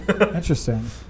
Interesting